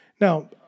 Now